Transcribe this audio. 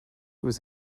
was